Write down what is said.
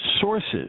sources